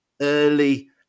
early